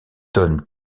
donne